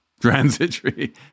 transitory